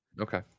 okay